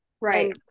Right